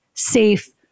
safe